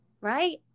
Right